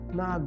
na